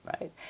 right